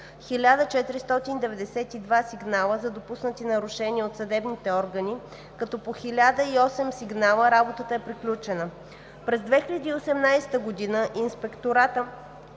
1492 сигнала за допуснати нарушения от съдебните органи, като по 1008 сигнала работата е приключена. През 2018 г. ИВСС е отправил